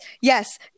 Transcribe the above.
Yes